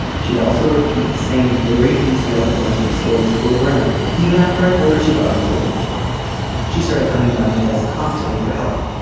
she'd also repeat the same very detailed and lengthy stories over and over. even after i told her she'd already told me she started coming by my desk constantly for help.